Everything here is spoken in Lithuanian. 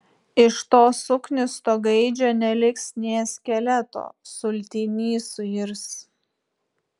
iš to suknisto gaidžio neliks nė skeleto sultiny suirs